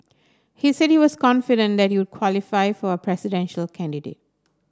he said he was confident that he would qualify for as a presidential candidate